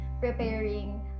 preparing